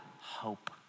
hope